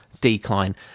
decline